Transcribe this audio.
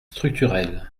structurels